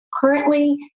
Currently